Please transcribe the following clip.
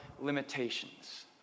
limitations